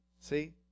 See